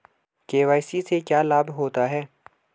KYC से क्या लाभ होता है?